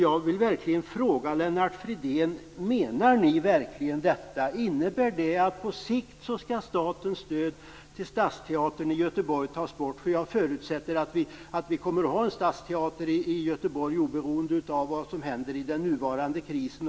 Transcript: Jag vill fråga Lennart Fridén: Menar ni verkligen detta? Innebär det att på sikt skall statens stöd till stadsteatern i Göteborg tas bort? Jag förutsätter att vi kommer att ha en stadsteater i Göteborg, oberoende av vad som händer i och med den nuvarande krisen.